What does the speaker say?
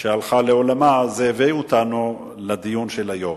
שהלכה לעולמה, זה הביא אותנו לדיון של היום.